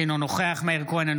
אינו נוכח מאיר כהן,